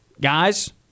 Guys